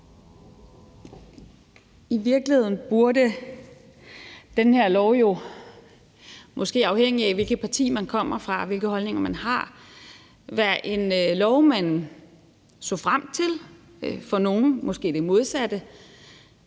I virkeligheden burde denne her lov jo, måske afhængigt af hvilket parti man kommer fra og hvilke holdninger man har, være en lov, man så frem til – for nogle måske det modsatte.